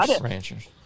Ranchers